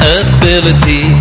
ability